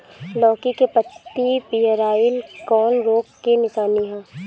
लौकी के पत्ति पियराईल कौन रोग के निशानि ह?